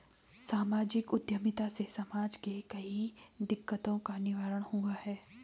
सामाजिक उद्यमिता से समाज के कई दिकक्तों का निवारण हुआ है